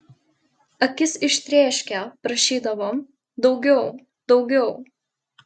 akis ištrėškę prašydavom daugiau daugiau